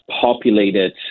populated